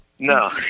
No